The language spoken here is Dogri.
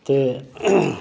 ते